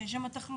שיש שם תחלופה,